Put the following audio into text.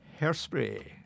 Hairspray